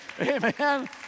Amen